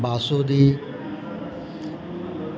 basundi